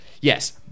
Yes